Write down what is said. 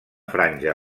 franja